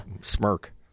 Smirk